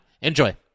Enjoy